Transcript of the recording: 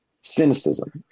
cynicism